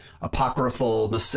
apocryphal